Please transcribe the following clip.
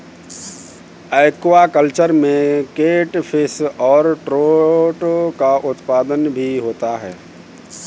aquaculture में catfish और trout का उत्पादन भी होता है